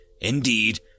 Indeed